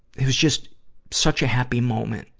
it was just such a happy moment,